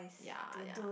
ya ya